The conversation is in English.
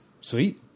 sweet